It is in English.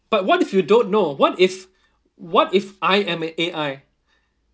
but what if you don't know what if what if I am an A_I